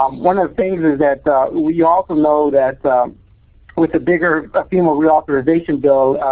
um one of the things is that we also know that with a bigger ah fema reauthorization bill,